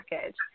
package